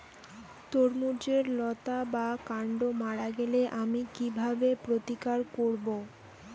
তরমুজের লতা বা কান্ড মারা গেলে আমি কীভাবে প্রতিকার করব?